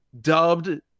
dubbed